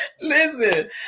Listen